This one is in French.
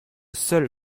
seul